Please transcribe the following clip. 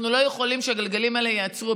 אנחנו לא יכולים שהגלגלים האלה ייעצרו.